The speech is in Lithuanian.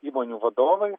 įmonių vadovai